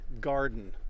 garden